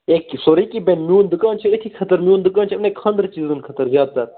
ہَے سورُے کیٚنٛہہ بَنہِ میٛون دُکان چھُ أتھی خٲطرٕ میٛون دُکان چھُ یِمنٕے خانٛدرٕ چیٖزَن خٲطرٕ زیادٕ تَر